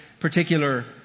particular